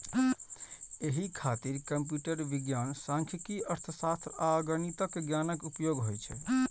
एहि खातिर कंप्यूटर विज्ञान, सांख्यिकी, अर्थशास्त्र आ गणितक ज्ञानक उपयोग होइ छै